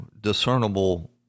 discernible